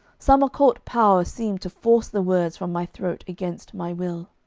some occult power seemed to force the words from my throat against my will.